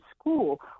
school